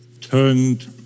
turned